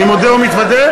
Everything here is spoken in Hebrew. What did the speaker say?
אני מודה ומתוודה,